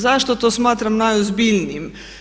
Zašto to smatram najozbiljnijim?